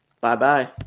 Bye-bye